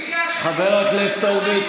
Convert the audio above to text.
חבר הכנסת הורוביץ,